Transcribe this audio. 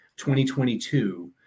2022